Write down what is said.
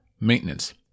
maintenance